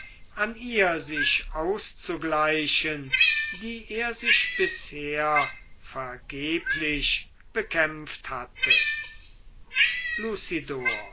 an ihr sich auszugleichen die er sich bisher vergeblich bekämpft hatte